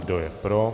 Kdo je pro?